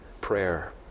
prayer